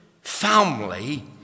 family